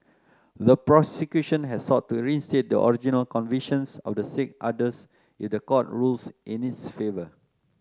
the prosecution has sought to reinstate the original convictions of the six others if the court rules in its favour